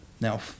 Now